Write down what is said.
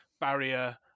barrier